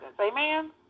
Amen